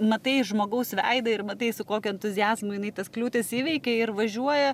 matai žmogaus veidą ir matai su kokiu entuziazmu jinai tas kliūtis įveikia ir važiuoja